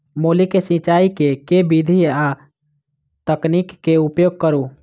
मूली केँ सिचाई केँ के विधि आ तकनीक केँ उपयोग करू?